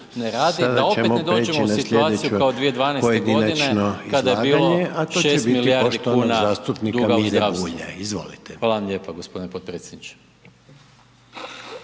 (SDP)** da opet ne dođemo u situaciju kao 2012.g. kada je bilo 6 milijuna duga u zdravstvu. Hvala vam lijepa g. potpredsjedniče.